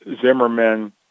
Zimmerman